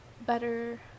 better